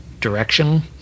direction